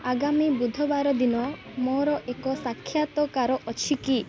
ଆଗାମୀ ବୁଧବାର ଦିନ ମୋର ଏକ ସାକ୍ଷାତକାର ଅଛି କି